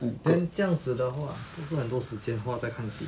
then 这样子的话会不会很多时间花在看戏